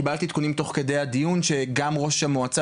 קיבלתי עדכונים תוך כדי הדיון שגם ראש המועצה